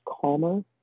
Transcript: calmer